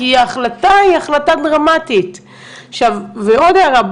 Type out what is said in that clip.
כי החלטה היא החלטה דרמתית ועוד הערה,